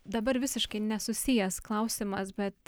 dabar visiškai nesusijęs klausimas bet